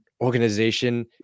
organization